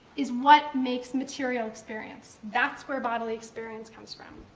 is what makes material experience. that's where bodily experience comes from,